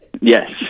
Yes